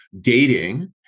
dating